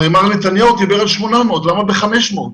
הרי מר נתניהו דיבר על 800, למה ב-500?